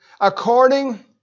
According